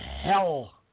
hell